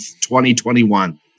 2021